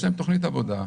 יש להם תוכנית עבודה.